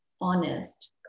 honest